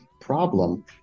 problem